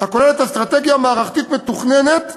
הכוללת אסטרטגיה מערכתית מתוכננת,